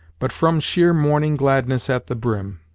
but from sheer morning gladness at the brim.